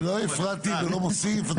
לא הפרעתי ולא מוסיף.